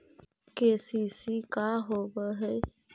KCC का होव हइ?